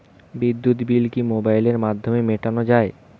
বিদ্যুৎ বিল কি মোবাইলের মাধ্যমে মেটানো য়ায়?